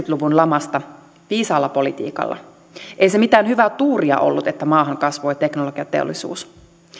luvun lamasta viisaalla politiikalla ei se mitään hyvää tuuria ollut että maahan kasvoi teknologiateollisuus